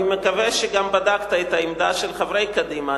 אני מקווה שגם בדקת את העמדה של חברי קדימה.